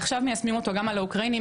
עכשיו מיישמים אותו גם על האוקראינים.